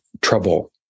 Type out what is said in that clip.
trouble